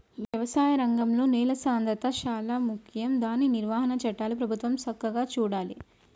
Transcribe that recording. వ్యవసాయ రంగంలో నేల సాంద్రత శాలా ముఖ్యం దాని నిర్వహణ చట్టాలు ప్రభుత్వం సక్కగా చూడాలే